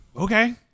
Okay